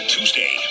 Tuesday